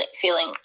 feeling